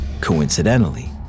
Coincidentally